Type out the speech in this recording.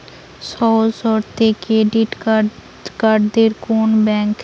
সহজ শর্তে credit card দেয় কোন ব্যাংক?